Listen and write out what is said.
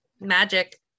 magic